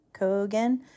Cogan